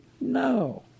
No